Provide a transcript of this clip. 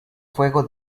fuego